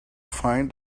find